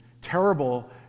terrible